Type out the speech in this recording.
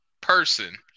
person